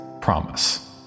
Promise